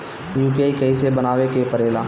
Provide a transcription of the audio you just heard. UPI कइसे बनावे के परेला?